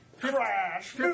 Crash